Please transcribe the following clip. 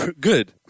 Good